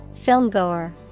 Filmgoer